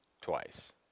twice